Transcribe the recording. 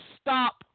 stop